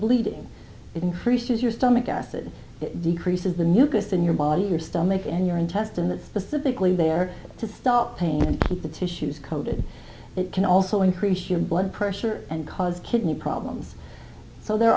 bleeding it increases your stomach acid it decreases the mucus in your body your stomach and your intestine that specifically there to stop pain in the tissues coated it can also increase your blood pressure and cause kidney problems so there